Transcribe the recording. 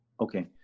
Okay